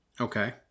Okay